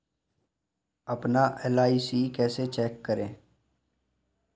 अपना एल.आई.सी कैसे चेक करें?